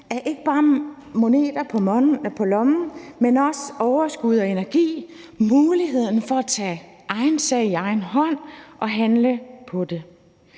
af ikke bare moneter på lommen, men også overskud og energi og muligheden for at tage egen sag i egen hånd og handle på det.